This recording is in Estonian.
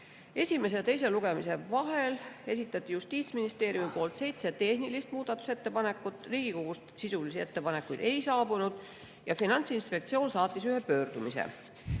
ja teise lugemise vahel esitas Justiitsministeerium seitse tehnilist muudatusettepanekut, Riigikogust sisulisi ettepanekuid ei saabunud ja Finantsinspektsioon saatis ühe pöördumise. Eelnõusse